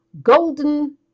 Golden